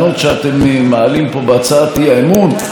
אני מציע שאולי לשבוע הבא תעשו מקצה שיפורים.